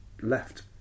left